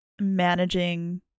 managing